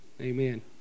Amen